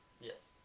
Yes